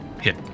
Hit